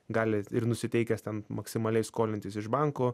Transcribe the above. gali ir nusiteikęs ten maksimaliai skolintis iš bankų